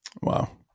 Wow